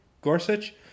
Gorsuch